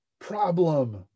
problem